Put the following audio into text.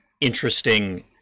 interesting